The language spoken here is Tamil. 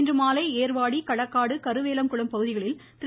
இன்று மாலை ஏர்வாடி களக்காடு கருவேலங்குளம் பகுதிகளில் திரு